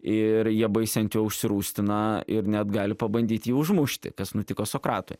ir jie baisiai ant jo užsirūstina ir net gali pabandyti jį užmušti kas nutiko sokratui